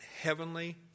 heavenly